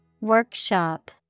Workshop